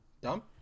dumb